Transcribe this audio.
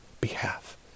behalf